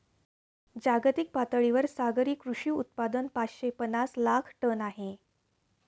जागतिक पातळीवर सागरी कृषी उत्पादन पाचशे पनास लाख टन आहे